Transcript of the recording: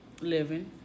living